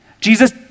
Jesus